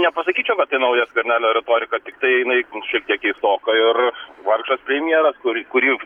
nepasakyčiau kad tai nauja skvernelio retorika tiktai jinai šiek tiek keistoka ir vargšas premjeras kurį kurį